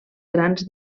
grans